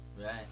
Right